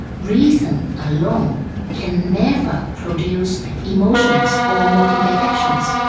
reason alone can never produce emotions or motivate actions.